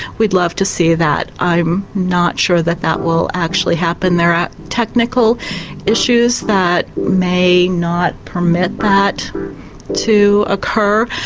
we'd love to see that. i'm not sure that that will actually happen. there are technical issues that may not permit that to occur,